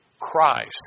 Christ